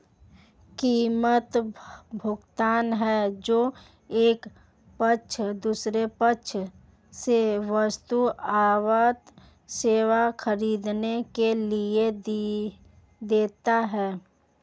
कीमत, भुगतान है जो एक पक्ष दूसरे पक्ष से वस्तु अथवा सेवा ख़रीदने के लिए देता है